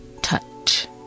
touch